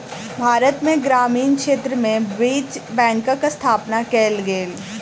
भारत में ग्रामीण क्षेत्र में बीज बैंकक स्थापना कयल गेल